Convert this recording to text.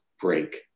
break